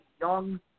young